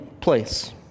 place